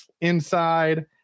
Inside